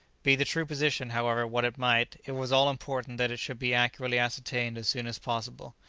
be the true position, however, what it might, it was all important that it should be accurately ascertained as soon as possible.